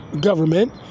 government